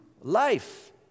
life